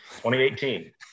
2018